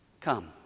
Come